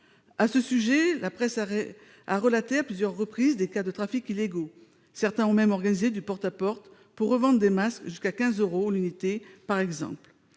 intolérables. La presse a relaté à plusieurs reprises des cas de trafics illégaux. Certains ont même organisé du porte-à-porte pour revendre des masques, jusqu'à 15 euros l'unité ! Face